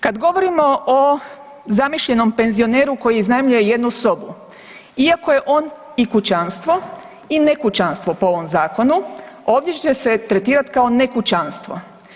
Kad govorimo o zamišljenom penzioneru koji iznajmljuje jednu sobu, iako je on i kućanstvo i nekućanstvo po ovom zakonu ovdje će se tretirati kao nekućanstvo.